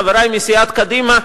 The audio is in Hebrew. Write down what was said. חברי מסיעת קדימה,